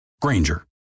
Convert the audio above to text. Granger